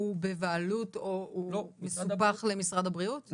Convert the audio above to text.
שהוא בבעלות או מסופח למשרד הבריאות?